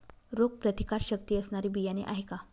रोगप्रतिकारशक्ती असणारी बियाणे आहे का?